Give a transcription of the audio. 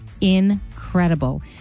Incredible